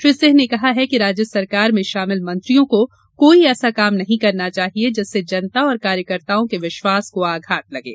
श्री सिंह ने कहा कि राज्य सरकार में शामिल मंत्रियों को कोई ऐसा कार्य नहीं करना चाहिये जिससे जनता और कार्यकर्ताओं के विश्वास को आघात लगे